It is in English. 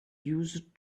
used